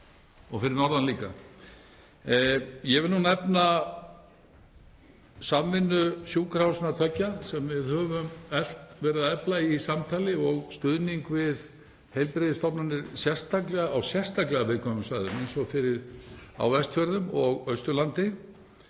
og fyrir norðan líka. Ég vil nefna samvinnu sjúkrahúsanna tveggja, sem við höfum verið að efla í samtali, og stuðning við heilbrigðisstofnanir, sérstaklega á viðkvæmum svæðum eins og Vestfjörðum og Austurlandi.